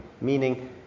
Meaning